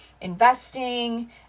investing